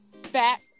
fat